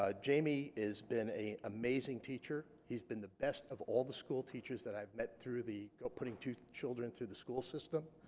ah jamie has been a amazing teacher he's been the best of all the school teachers that i've met through the putting two children through the school system